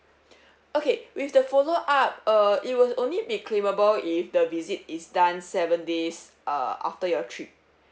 okay with the follow up uh it will only be claimable if the visit is done seven days uh after your trip